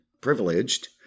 privileged